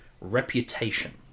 reputation